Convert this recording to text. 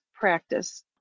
practice